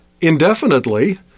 indefinitely